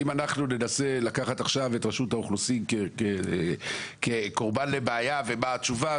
ואם אנחנו ננסה לקחת עכשיו את רשות האוכלוסין כקורבן לבעיה ומה התשובה,